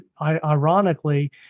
ironically